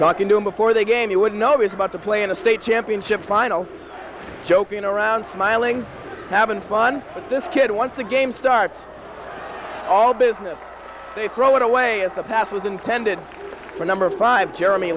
talking to him before they game you would know is about to play in a state championship final joking around smiling having fun with this kid once a game starts all business they throw it away as the pass was intended for number five jeremy